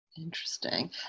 Interesting